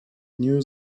knew